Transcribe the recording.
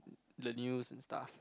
the news and stuff